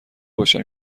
باشم